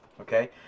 Okay